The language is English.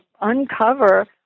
uncover